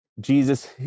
Jesus